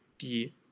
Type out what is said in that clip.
die